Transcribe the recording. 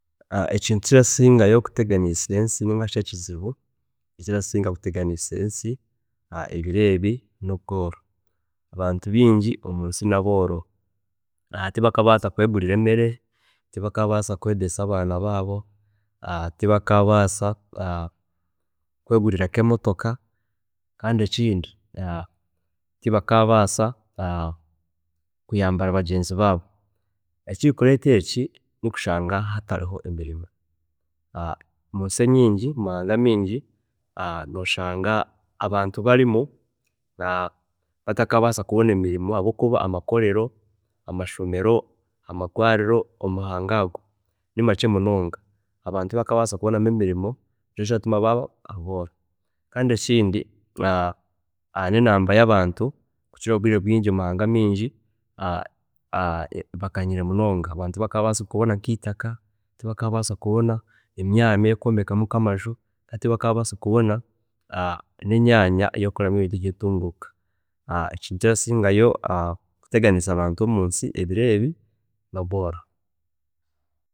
Ekintu ekirasingayo kuteganisa ensi ninga shi ekizibu ekirasinga kuteganiisa ensi ebiro ebi nobwooro, abantu bingi omunsi nabooro, tibakabaasa kwegurira emere, tibakabaasa kwegyesa abaana baabo, tibakaabaasa kwegurira nkemotoka kandi ekindi tibakabaasa kuyamba nabagyenzi baabo. Kandi ekiri kureeta ekyo nokushanga hatariho emirimo, omunsi enyingi, mumahanga amingi, noshanga abantu abarimu na batakabaasa kubona emirimo habwokuba amakorero, amashomero, amarwariro omumahanga ago nimakye munonga, abantu tibakabaasa kubonamu emirimo nikyo kiratuma baaba abooro, kandi ekindi nenemba yabantu kukira obwiire obwingi mumahanga amingi bakanyire munonga, abantu tibakabaasa kubona nka itaka, tibakabaasa kubona emyanya yokwombekamu amaju, tibakabaasa kubona nemyaanya yokukoreramu ebintu byentunguuka, ekirakira kuteganiisa abantu omumahanga mingi nobwooro.